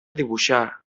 dibuixar